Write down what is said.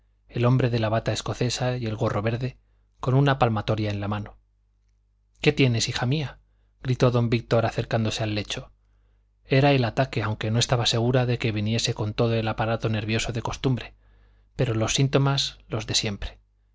el hombre de la bata escocesa y el gorro verde con una palmatoria en la mano qué tienes hija mía gritó don víctor acercándose al lecho era el ataque aunque no estaba segura de que viniese con todo el aparato nervioso de costumbre pero los síntomas los de siempre